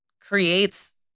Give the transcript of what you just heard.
creates